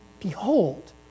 Behold